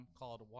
called